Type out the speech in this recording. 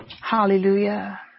Hallelujah